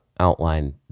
Outline